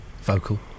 vocal